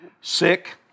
sick